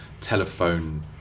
telephone